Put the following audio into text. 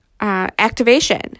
activation